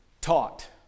taught